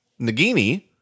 Nagini